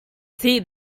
see